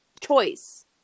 choice